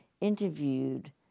interviewed